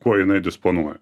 kuo jinai disponuo